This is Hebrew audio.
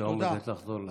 שעומדת לחזור לכאן.